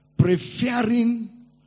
preferring